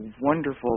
wonderful